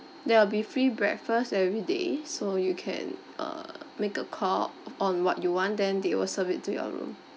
there will be free breakfast every day so you can uh make a call on what you want then they will serve it to your room